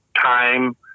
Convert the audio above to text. time